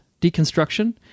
deconstruction